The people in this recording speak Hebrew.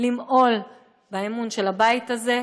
למעול באמון של הבית הזה.